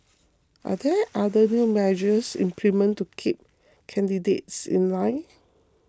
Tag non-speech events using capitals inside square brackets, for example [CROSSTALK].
[NOISE] are there other new measures implemented to keep candidates in line